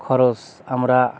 খরচ আমরা